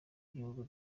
igihugu